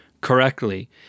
correctly